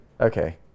okay